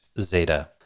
Zeta